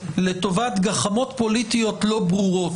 לטובת גחמות פוליטיות לא ברורות,